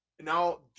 Now